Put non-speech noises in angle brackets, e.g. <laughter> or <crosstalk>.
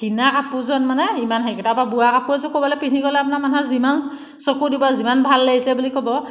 কিনা কাপোৰযোৰত মানে ইমান হেৰি <unintelligible> তাৰপৰা বোৱা কাপোৰ এযোৰ ক'ৰবালৈ পিন্ধি গ'লে আপোনাৰ মানুহে যিমান চকু দিব যিমান ভাল লাগিছে বুলি ক'ব